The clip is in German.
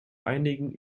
einigen